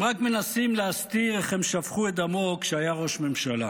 הם רק מנסים להסתיר איך הם שפכו את דמו כשהיה ראש ממשלה.